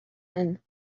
and